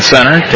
Center